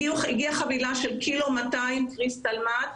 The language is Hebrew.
הגיעה חבילה של 1.2 קילו קריסטל מת',